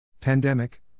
Pandemic